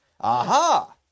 Aha